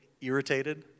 irritated